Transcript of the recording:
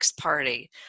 party